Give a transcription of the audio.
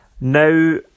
Now